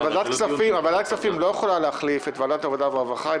אבל ועדת כספים לא יכולה להחליף את ועדת העבודה והרווחה,